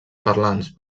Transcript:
parlants